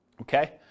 Okay